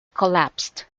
collapsed